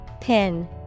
Pin